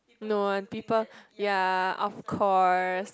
no one people ya of course